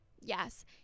Yes